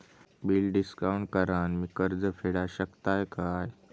Bill discount करान मी कर्ज फेडा शकताय काय?